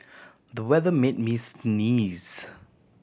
the weather made me sneeze